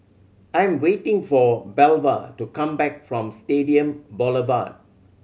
I am waiting for Belva to come back from Stadium Boulevard